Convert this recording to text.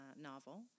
novel